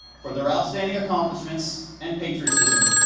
for their outstanding accomplishments and patriotism,